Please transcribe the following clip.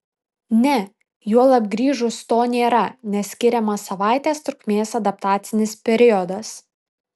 ne juolab grįžus to nėra nes skiriamas savaitės trukmės adaptacinis periodas